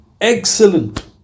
Excellent